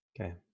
okay